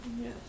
Yes